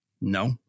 No